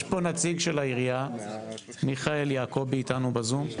יש פה נציג את העירייה, מיכאל יעקובי, איתנו בזום.